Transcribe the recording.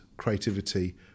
creativity